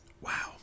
Wow